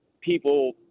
People